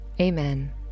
Amen